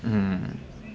mm